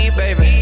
baby